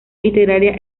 literaria